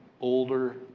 older